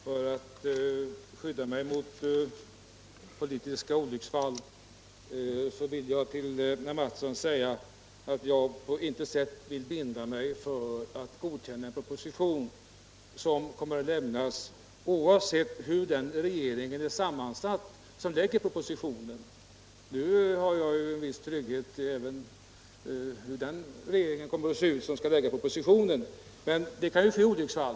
Fru talman! För att skydda mig mot politiska olycksfall vill jag till herr Mattsson i Skee säga att jag på intet sätt vill binda mig för att godkänna en proposition som kommer att lämnas, oavsett hur den regering är sammansatt som framlägger den. Visserligen känner jag en viss trygghet i förvissningen om hur den regering kommer att se ut som skall lägga propositionen, men olycksfall kan naturligtvis alltid inträffa.